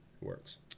works